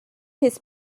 his